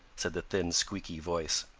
said the thin, squeaky voice.